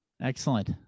Excellent